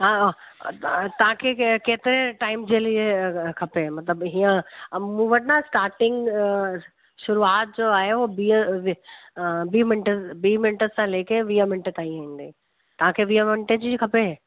हा तव्हांखे केतिरे टाइम जे लिए खपे मतिलबु हीअं मूं वटि न स्टाटिंग शुरुआत जो आहे उहो ॿी ॿी मिंट सां लेके वीह मिंट ताईं ईंदी तव्हांखे वीह मिंटे जी खपे